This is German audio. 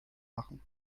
machen